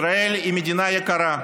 ישראל היא מדינה יקרה,